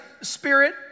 spirit